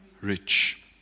rich